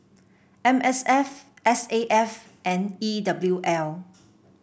M S F S A F and E W L